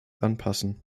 anpassen